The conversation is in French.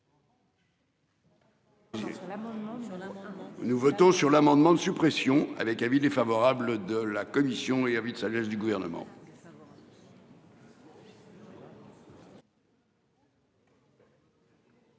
Nous votons sur l'amendement de suppression avec avis défavorable de la commission et vite, ça laisse du gouvernement.